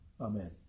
Amen